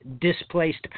displaced